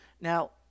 Now